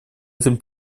этом